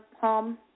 home